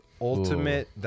ultimate